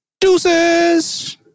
Deuces